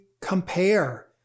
compare